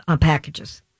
packages